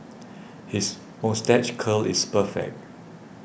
his moustache curl is perfect